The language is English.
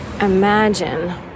imagine